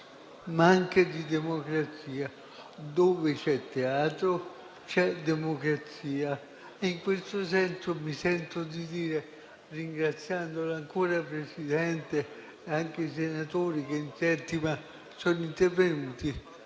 ma anche di democrazia. Dove c'è teatro, c'è democrazia. In questo senso mi sento di dire, ringraziando ancora il Presidente e i senatori intervenuti